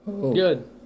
Good